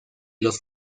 los